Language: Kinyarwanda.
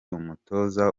umutoza